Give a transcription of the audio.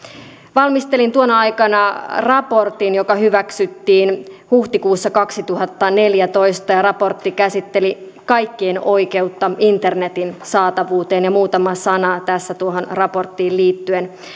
valmistelin tuona aikana raportin joka hyväksyttiin huhtikuussa kaksituhattaneljätoista ja raportti käsitteli kaikkien oikeutta internetin saatavuuteen muutama sana tässä tuohon raporttiin liittyen